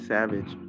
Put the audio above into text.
Savage